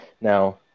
now